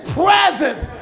presence